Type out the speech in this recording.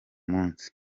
munsi